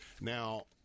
now